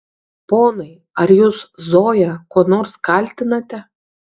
ponai ar jūs zoją kuo nors kaltinate